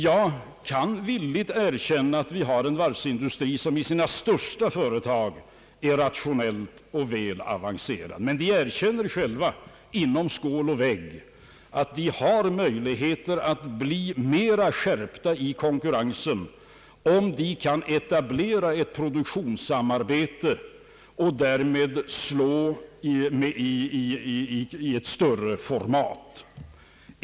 Jag kan villigt erkänna att vi har en varvsindustri som i sina största företag är rationell och väl avancerad, men företrädarna för varsindustrin erkänner gärna mellan skål och vägg att de har större möjligheter att hävda sig i konkurrensen om de kan etablera eit produktionssamarbete och därmed slå i ett större format.